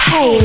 Hey